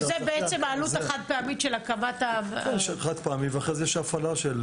שזאת בעצם העלות החד-פעמית של הקמת -- חד-פעמית ואחרי זה יש הפעלה.